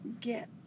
get